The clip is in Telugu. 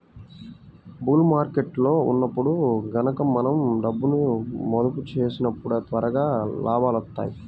బుల్ మార్కెట్టులో ఉన్నప్పుడు గనక మనం డబ్బును మదుపు చేసినప్పుడు త్వరగా లాభాలొత్తాయి